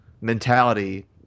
mentality